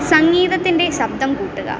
സംഗീതത്തിൻ്റെ ശബ്ദം കൂട്ടുക